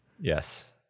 yes